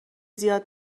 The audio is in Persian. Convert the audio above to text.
زیاد